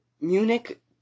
Munich